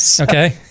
Okay